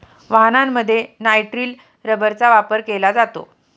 वाहनांमध्ये नायट्रिल रबरचा वापर केला जातो